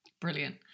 Brilliant